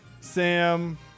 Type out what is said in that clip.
Sam